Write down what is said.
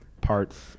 parts